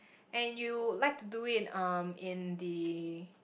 and you like to do it um in the